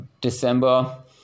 December